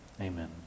Amen